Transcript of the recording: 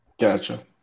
Gotcha